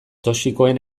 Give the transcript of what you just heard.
toxikoen